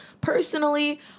Personally